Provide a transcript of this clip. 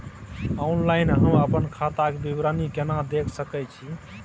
Online हम अपन खाता के विवरणी केना देख सकै छी?